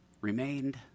remained